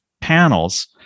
panels